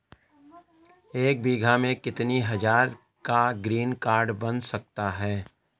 एक बीघा में कितनी हज़ार का ग्रीनकार्ड बन जाता है?